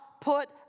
put